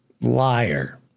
Liar